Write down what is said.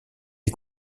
est